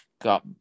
got